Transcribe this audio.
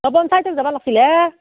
অঁ পঞ্চায়তত যাব লাগিছিল হে